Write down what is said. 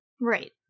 Right